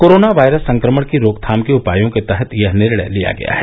corona virus संक्रमण की रोकथाम के उपायो के तहत यह निर्णय लिया गया है